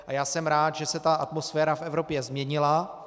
A já jsem rád, že se atmosféra v Evropě změnila.